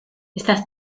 estás